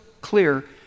clear